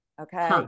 okay